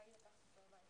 בבקשה.